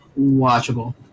Watchable